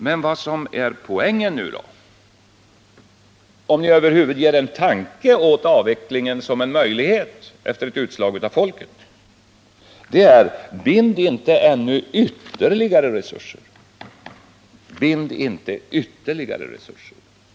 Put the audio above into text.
Men det viktiga nu är — om ni över huvud taget ägnar en tanke åt avvecklingen som en möjlighet efter det att folket givit sitt utslag — att inte binda ytterligare resurser.